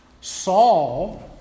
Saul